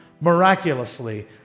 miraculously